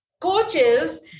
coaches